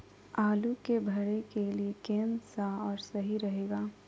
आलू के भरे के लिए केन सा और सही रहेगा?